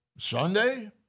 Sunday